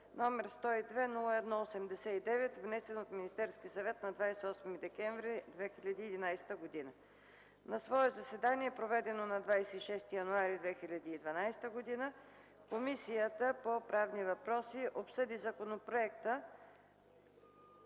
№ 102–01–89, внесен от Министерски съвет на 28 декември 2011 г. На свое заседание, проведено на 26 януари 2012 г., Комисията по правни въпроси обсъди Законопроект